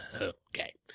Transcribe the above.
Okay